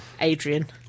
Adrian